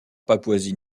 papouasie